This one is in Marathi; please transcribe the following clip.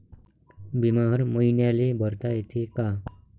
बिमा हर मईन्याले भरता येते का?